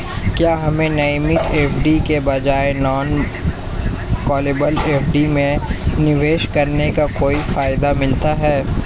क्या हमें नियमित एफ.डी के बजाय नॉन कॉलेबल एफ.डी में निवेश करने का कोई फायदा मिलता है?